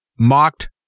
mocked